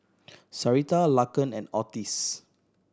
Sarita Laken and Ottis